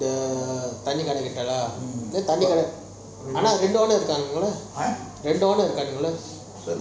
the தண்ணி கிடைக்கல:thanni kedaikala lah தண்ணி கேடாய் ஆனா ரெண்டும் வரும்:thanni kedai aana rendum varum lah